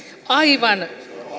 aivan